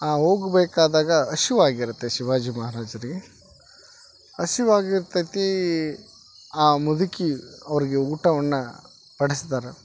ಆ ಹೋಗ್ಬೇಕಾದಾಗ ಹಸಿವಾಗಿರುತ್ತೆ ಶಿವಾಜಿ ಮಹಾರಾಜರಿಗೆ ಹಸಿವಾಗಿರ್ತತಿ ಆ ಮುದುಕಿ ಅವರಿಗೆ ಊಟವನ್ನ ಬಡಿಸ್ತಾರ